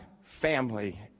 family